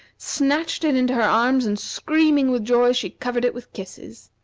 snatched it into her arms, and screaming with joy she covered it with kisses.